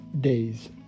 days